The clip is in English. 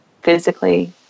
physically